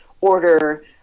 order